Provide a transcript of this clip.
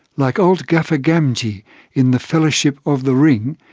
like old gaffer gamgee in the fellowship of the ring,